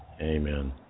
Amen